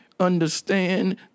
understand